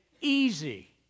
easy